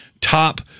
top